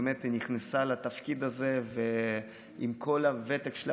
היא נכנסה לתפקיד הזה עם כל הוותק שלה